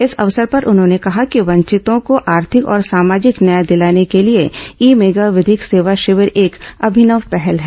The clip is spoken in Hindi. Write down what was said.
इस अवसर पर उन्होंने कहा कि वंचितों को आर्थिक और सामाजिक न्याय दिलाने के लिए ई मेगा विधिक सेवा शिविर एक अभिनव पहल है